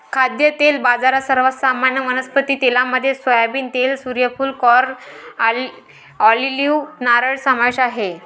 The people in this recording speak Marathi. खाद्यतेल बाजारात, सर्वात सामान्य वनस्पती तेलांमध्ये सोयाबीन तेल, सूर्यफूल, कॉर्न, ऑलिव्ह, नारळ समावेश आहे